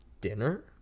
dinner